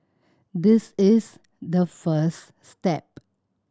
this is the first step